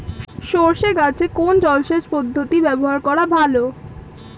সরষে গাছে কোন জলসেচ পদ্ধতি ব্যবহার করা ভালো?